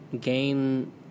gain